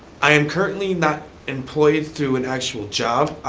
i am currently not employed through an actual job.